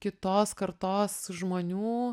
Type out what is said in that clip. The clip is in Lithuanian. kitos kartos žmonių